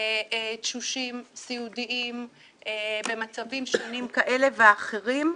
תשושים, סיעודיים, במצבים שונים כאלה ואחרים,